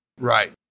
Right